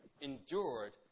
endured